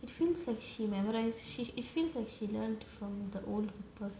it feels like she memorised sh~ it feels like she learnt from the old purpose